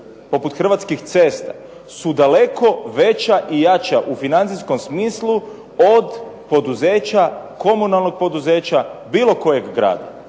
poput "Hrvatskih cesta" su daleko veća i jača u financijskom smislu od komunalnog poduzeća bilo kojeg grada.